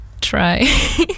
try